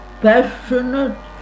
Passionate